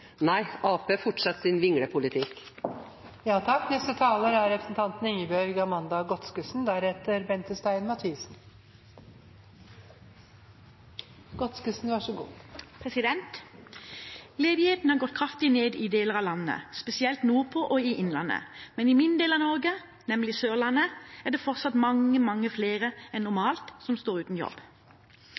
nei nå sist fredag til ti nye stillinger til kriminalomsorgen i nord. Nei, Arbeiderpartiet fortsetter sin vinglepolitikk. Ledigheten har gått kraftig ned i deler av landet, spesielt nordpå og i innlandet. Men i min del av Norge, nemlig Sørlandet, er det fortsatt mange, mange flere enn normalt som står uten jobb.